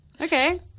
Okay